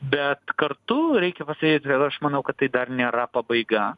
bet kartu reikia pasakyti kad aš manau kad tai dar nėra pabaiga